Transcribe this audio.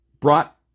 brought